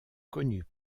connus